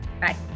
Bye